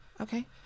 Okay